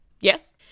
Yes